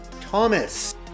Thomas